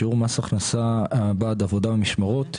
שיעור מס הכנסה בעד עבודה במשמרות,